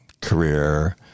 career